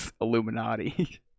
Illuminati